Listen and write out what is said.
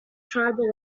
tribal